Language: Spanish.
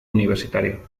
universitario